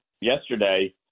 yesterday